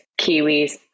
Kiwis